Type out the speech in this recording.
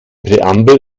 präambel